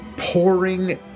pouring